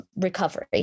recovery